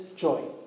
joy